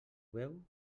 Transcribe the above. veu